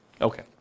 Okay